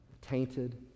tainted